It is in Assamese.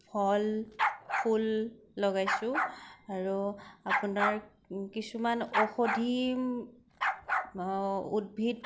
ফল ফুল লগাইছো আৰু আপোনাৰ কিছুমান ঔষধি উদ্ভিদ